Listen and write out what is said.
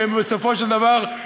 כי בסופו של דבר,